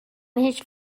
هیچ